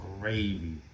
gravy